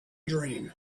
dream